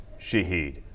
Shahid